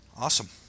Awesome